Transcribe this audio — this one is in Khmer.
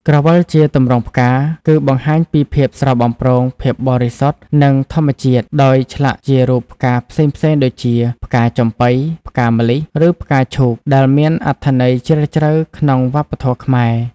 ក្រវិលជាទម្រង់ផ្កា គឺបង្ហាញពីភាពស្រស់បំព្រង ភាពបរិសុទ្ធ និងធម្មជាតិ ដោយឆ្លាក់ជារូបផ្កាផ្សេងៗដូចជា ផ្កាចំប៉ី ផ្កាម្លិះ ឬផ្កាឈូក ដែលមានអត្ថន័យជ្រាលជ្រៅក្នុងវប្បធម៌ខ្មែរ។